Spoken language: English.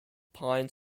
pyne